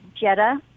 Jetta